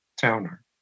Towner